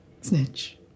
Snitch